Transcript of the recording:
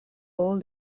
old